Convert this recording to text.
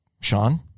Sean